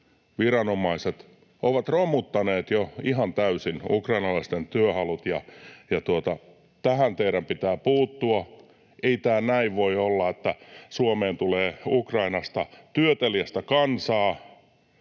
viranomaiset ovat romuttaneet jo ihan täysin ukrainalaisten työhalut, ja tähän teidän pitää puuttua. Ei tämä näin voi olla, että Suomeen tulee Ukrainasta työteliästä kansaa